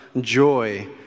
joy